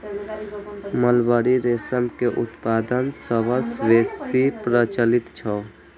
mulberry रेशम के उत्पादन सबसं बेसी प्रचलित छै